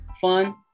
fun